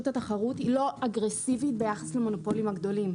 התחרות לא אגרסיבי ביחס למונופולים הגדולים,